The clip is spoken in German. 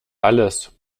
alles